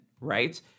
right